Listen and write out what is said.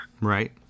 right